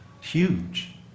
Huge